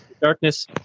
Darkness